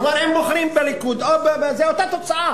כלומר הם בוחרים בליכוד או בזה, זאת אותה תוצאה.